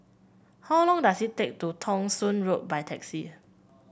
how long does it take to Thong Soon Road by taxi